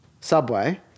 Subway